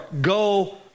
go